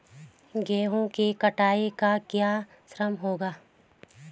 गेहूँ की कटाई का क्या श्रम होगा?